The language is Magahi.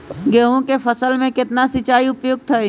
गेंहू के फसल में केतना सिंचाई उपयुक्त हाइ?